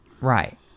Right